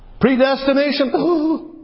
Predestination